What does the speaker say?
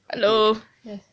hello yes